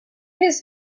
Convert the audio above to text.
his